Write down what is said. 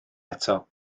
eto